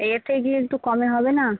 এর থেকে কি একটু কমে হবে না